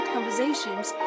Conversations